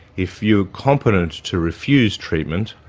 if you're competent to refuse treatment,